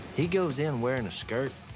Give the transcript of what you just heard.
he goes in wearing a skirt.